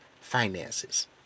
finances